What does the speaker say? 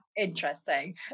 interesting